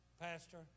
Pastor